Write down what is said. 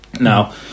Now